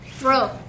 Bro